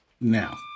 now